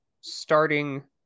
starting